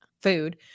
food